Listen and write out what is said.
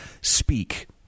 speak